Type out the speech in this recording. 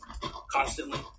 constantly